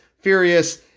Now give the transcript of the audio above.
furious